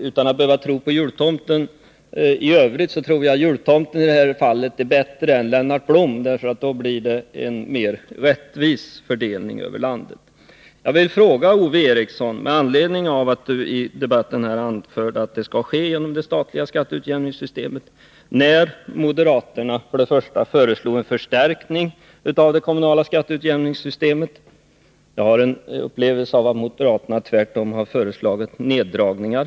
Även om jag inte tror på jultomten i övrigt tror jag ändå att jultomten i det här fallet är bättre än Lennart Blom — majoritetens förslag innebär ju en mer rättvis fördelning över landet. statliga skatteutjämningssystemet, när moderaterna föreslog en förstärkning av det kommunala skatteutjämningssystemet. Jag har en upplevelse av att moderaterna tvärtom har föreslagit neddragningar.